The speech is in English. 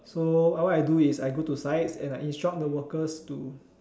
so what what I do is I go to the site and instruct the workers to